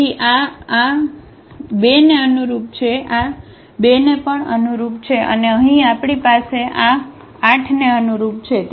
તેથી આ આ 2 ને અનુરૂપ છે આ 2 ને પણ અનુરૂપ છે અને અહીં આપણી પાસે આ 8 ને અનુરૂપ છે